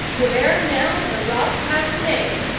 where now the rock hath name,